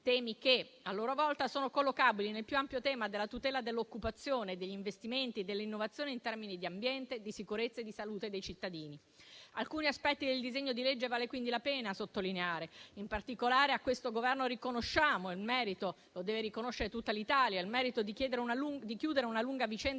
temi che a loro volta sono collocabili nel più ampio tema della tutela dell'occupazione, degli investimenti e dell'innovazione in termini di ambiente, di sicurezza e di salute dei cittadini. Alcuni aspetti del disegno di legge vale quindi la pena sottolineare, in particolare a questo Governo riconosciamo - e glielo deve riconoscere tutta l'Italia - il merito di chiudere una lunga vicenda